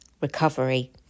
recovery